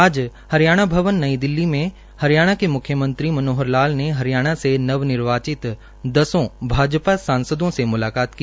आज हरियाणा भवन नई दिल्ली में हरियाणा के मुख्यमंत्री मनोहर लाल ने हरियाणा से नवनिर्वाचित दसों भाजपा सांसदों से मुलाकात की